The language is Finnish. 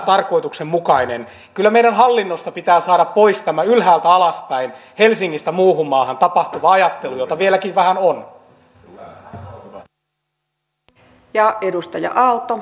kyllä meidän hallinnostamme pitää saada pois tämä ylhäältä alaspäin helsingistä muuhun maahan tapahtuva ajattelu jota vieläkin vähän on